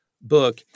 book